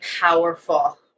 powerful